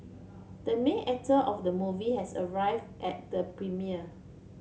the main actor of the movie has arrived at the premiere